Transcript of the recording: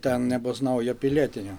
ten nebus naujo pilietinio